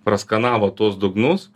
praskanavo tuos dugnus